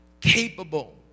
capable